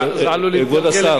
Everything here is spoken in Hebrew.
זה עלול להתגלגל למקומות לא,